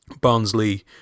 barnsley